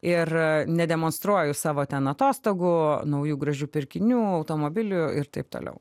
ir nedemonstruoju savo ten atostogų naujų gražių pirkinių automobilių ir taip toliau